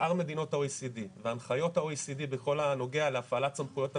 שאר מדינות ה- OECD והנחיות ה- OECD לכל הנוגע להפעלת סמכויות המדינה,